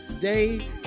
day